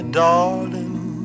darling